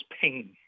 pain